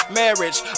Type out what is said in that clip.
marriage